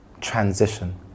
transition